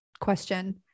question